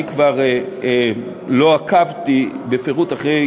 אני כבר לא עקבתי בפירוט אחרי